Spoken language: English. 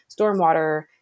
stormwater